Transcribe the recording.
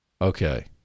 Okay